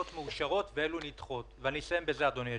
אדוני היושב-ראש.